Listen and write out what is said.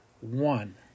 one